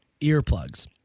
earplugs